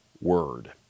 Word